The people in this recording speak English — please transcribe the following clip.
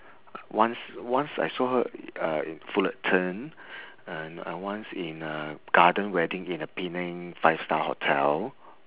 once once I saw her uh fullerton uh and a once in a garden wedding in a penang five star hotel